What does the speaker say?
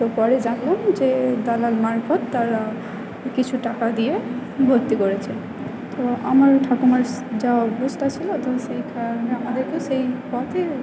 তো পরে জানলাম যে দালাল মারফৎ তারা কিছু টাকা দিয়ে ভর্ত্তি করেছে তো আমার ঠাকুমার যা অবস্থা ছিল তো সেই কারণে আমাদেরকে সেই পথে